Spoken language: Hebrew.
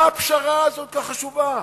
מה הפשרה הזו, החשובה,